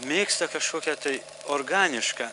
mėgsta kažkokia tai organišką